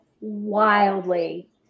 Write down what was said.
wildly